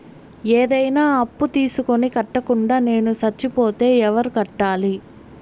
ఏదైనా అప్పు తీసుకొని కట్టకుండా నేను సచ్చిపోతే ఎవరు కట్టాలి?